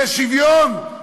זה שוויון?